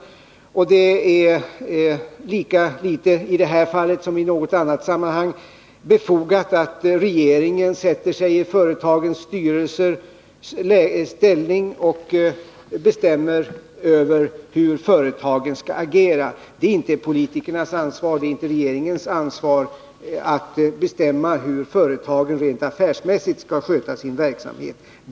Lika litet i det här fallet som i något annat sammanhang är det befogat att regeringen sätter sig i företagsstyrelsernas ställe och bestämmer över hur företagen skall agera. Det är inte politikernas ansvar och det är inte regeringens ansvar att bestämma hur företagen rent affärsmässigt skall sköta sin verksamhet.